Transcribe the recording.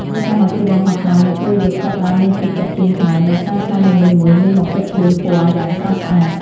សកម្មភាពបង្ហោះខ្លែងនៅពេលយប់ ចាប់ផ្ដើមមានភាពទាក់ទាញខ្លាំង ដោយសារខ្លែងនីមួយៗមានបំពាក់ភ្លើងពណ៌យ៉ាងស្រស់ស្អាត។